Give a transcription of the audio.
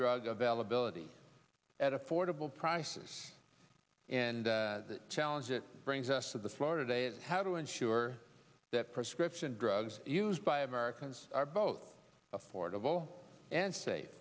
drug availability at affordable prices and the challenge it brings us to the floor today of how to ensure that prescription drugs used by americans are both affordable and safe